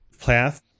path